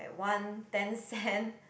one ten cent